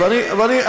אני לא סיימתי.